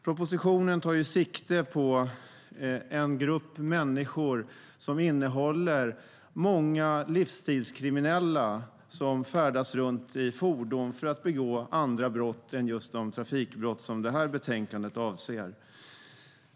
Propositionen tar sikte på en grupp människor som innehåller många livstidskriminella som färdas runt i fordon för att begå andra brott än just de trafikbrott som detta betänkande avser.